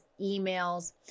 emails